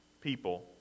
people